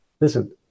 listen